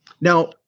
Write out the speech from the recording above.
Now